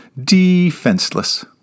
defenseless